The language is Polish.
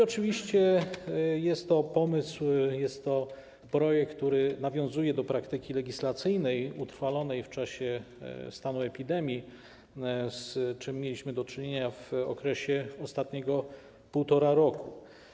Oczywiście jest to pomysł, projekt, który nawiązuje do praktyki legislacyjnej utrwalonej w czasie stanu epidemii, z czym mieliśmy do czynienia w okresie ostatniego półtora roku.